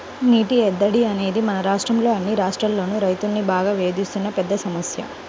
నీటి ఎద్దడి అనేది మన దేశంలో అన్ని రాష్ట్రాల్లోనూ రైతుల్ని బాగా వేధిస్తున్న పెద్ద సమస్య